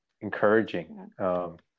encouraging